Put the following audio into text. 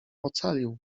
ocalił